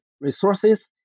resources